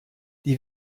die